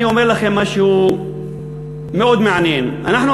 אני אומר לכם משהו מאוד מעניין: אנחנו,